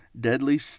deadly